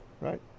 right